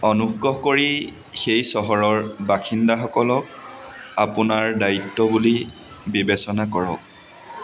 অনুগ্ৰহ কৰি সেই চহৰৰ বাসিন্দাসকলক আপোনাৰ দায়িত্ব বুলি বিবেচনা কৰক